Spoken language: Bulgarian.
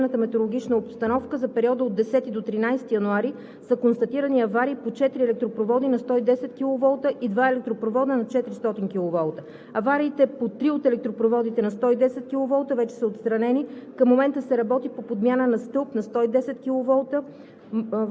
Що се отнася до Електроенергийният системен оператор, вследствие на усложнената метеорологична обстановка, за периода от 10 до 13 януари са констатирани аварии по четири електропровода на 110 киловолта и два електропровода на 400 киловолта. Авариите по три от електропроводите на 110 киловолта вече са отстранени.